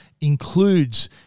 includes